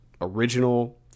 original